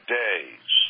days